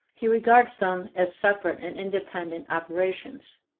he regards them as separate and independent operations.